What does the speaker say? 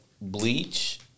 bleach